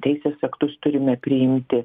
teisės aktus turime priimti